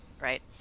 Right